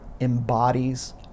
Embodies